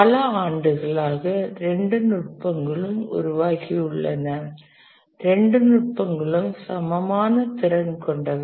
பல ஆண்டுகளாக இரண்டு நுட்பங்களும் உருவாகியுள்ளன இரண்டு நுட்பங்களும் சமமான திறன் கொண்டவை